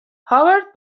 هاورد